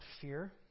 fear